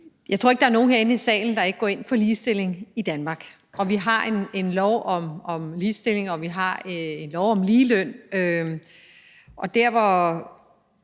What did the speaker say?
Jeg tror ikke, at der er nogen herinde i salen, der ikke går ind for ligestilling i Danmark. Vi har en lov om ligestilling, og vi har en lov om ligeløn. Der, hvor